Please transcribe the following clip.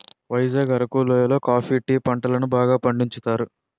వైజాగ్ అరకు లోయి లో coffee tea పంటలను బాగా పండించుతారు